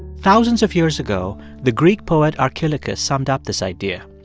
thousands of years ago, the greek poet archilochus summed up this idea.